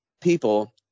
people